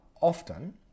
often